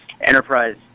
enterprise